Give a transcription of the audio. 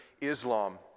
Islam